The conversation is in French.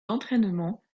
d’entraînement